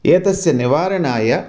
एतस्य निवारणाय